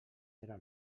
era